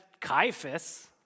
Caiaphas